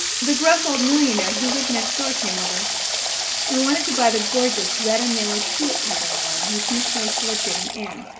the gruff old millionaire who lived next door came over and wanted to buy the gorgeous red and yellow tulip-pattern one which mrs. rachel had given anne.